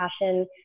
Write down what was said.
passion